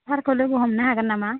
सारखौ लोगो हमनो हागोन नामा